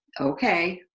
okay